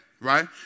right